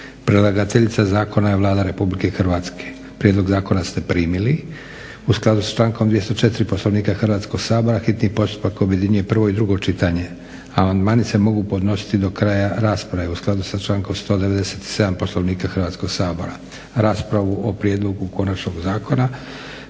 Predlagateljica zakona je Vlada Republike Hrvatske. Prijedlog zakona ste primili. U skladu s člankom 204. Poslovnika Hrvatskog sabora hitni postupak objedinjuje prvo i drugo čitanje. Amandmani se mogu podnositi do kraja rasprave u skladu sa člankom 197. Poslovnika Hrvatskog sabora. Raspravu o prijedlogu konačnog zakona